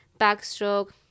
backstroke